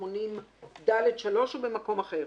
זה ב-580(ד)(3) או במקום אחר?